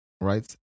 right